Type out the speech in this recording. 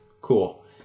Cool